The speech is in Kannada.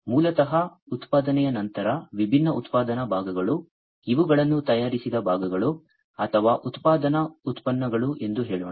ಮೂಲತಃ ಉತ್ಪಾದನೆಯ ನಂತರ ವಿಭಿನ್ನ ಉತ್ಪಾದನಾ ಭಾಗಗಳು ಇವುಗಳನ್ನು ತಯಾರಿಸಿದ ಭಾಗಗಳು ಅಥವಾ ಉತ್ಪಾದನಾ ಉತ್ಪನ್ನಗಳು ಎಂದು ಹೇಳೋಣ